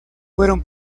fueron